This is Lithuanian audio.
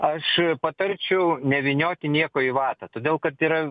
aš patarčiau nevynioti nieko į vatą todėl kad yra